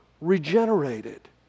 regenerated